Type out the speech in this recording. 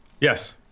Yes